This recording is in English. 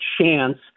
chance